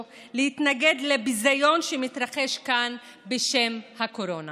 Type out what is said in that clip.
להתנגד לביזיון שמתרחש כאן בשם הקורונה.